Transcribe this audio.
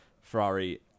Ferrari